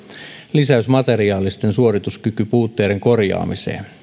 lisäys materiaalisten suorituskykypuutteiden korjaamiseen